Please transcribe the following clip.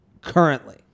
currently